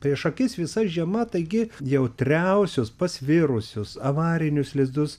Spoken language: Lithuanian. prieš akis visa žiema taigi jautriausius pasvirusius avarinius lizdus